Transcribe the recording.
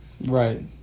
Right